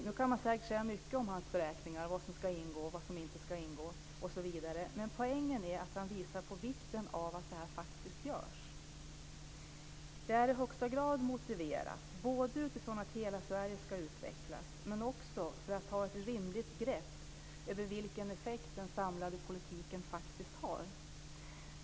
Man kan säkert säga mycket om hans beräkningar, vad som ska ingå, vad som inte ska ingå osv., men poängen är att han visar på vikten av att detta faktiskt görs. Det är i högsta grad motiverat både utifrån att hela Sverige ska utvecklas men också för att ha ett rimligt grepp över vilken effekt den samlade politiken faktiskt har.